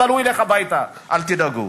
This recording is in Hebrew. אבל הוא ילך הביתה, אל תדאגו.